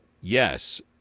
yes